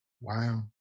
Wow